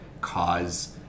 cause